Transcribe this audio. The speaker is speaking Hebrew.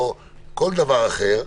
או כל דבר אחר,